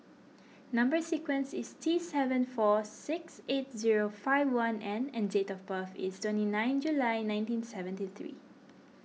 Number Sequence is T seven four six eight zero five one N and date of birth is twenty nine July nineteen seventy three